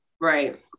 right